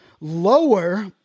lower